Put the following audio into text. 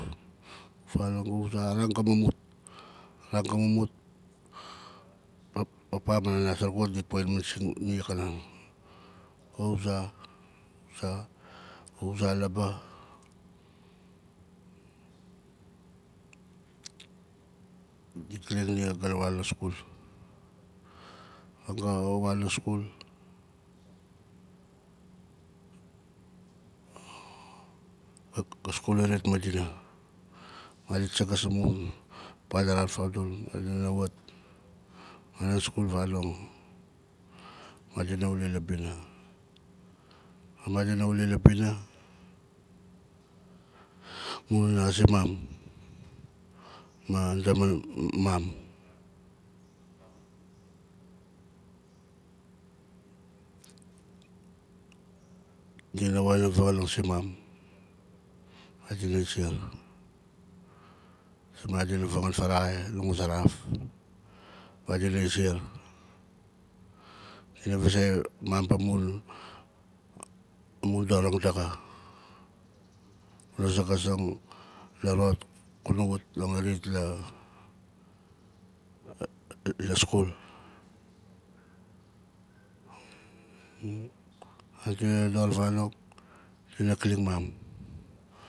Fanong ga uza a ran ka mumut a ran ka mumut a pa- pa ma nana zurugu di poxin masing nia kanan ka uza uza uza laba di klin nia ga na wan la skul a ran ga wan la skul a ga skul kariat madina madi zangas amun panaran fakdul madina wat madi skul vanong madina ule la bina madina ule la bina amun nana zimam ma dam- ana mam dina woxin a vanganing simam madina ziar madina vangan faraxai languzaraf madina ziar dina vaze mam pamun mun doring daxa la zangazeng la rot kuna wat langarit la- la skul madina dodor vanong dina klin mam